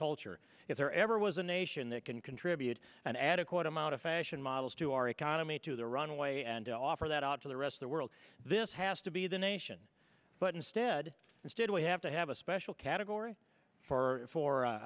culture if there ever was a nation that can contribute an adequate amount of fashion models to our economy to the runway and offer that out to the rest the world this has to be the nation but instead instead we have to have a special category four four